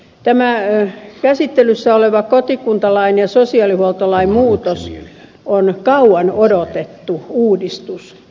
tämä käsittelyssä oleva kotikuntalain ja sosiaalihuoltolain muutos on kauan odotettu uudistus